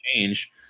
change